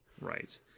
Right